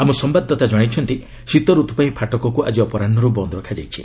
ଆମ ସମ୍ଭାଦଦାତା ଜଣାଇଛନ୍ତି ଶୀତରତୁପାଇଁ ଫାଟକକୁ ଆଜି ଅପରାହ୍ୱରୁ ବନ୍ଦ୍ ରଖାଯାଇଛି